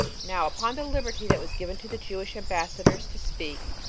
now upon the liberty that was given to the jewish ambassadors to speak,